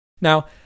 Now